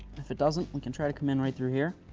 if it doesn't, we can try to come in right through here.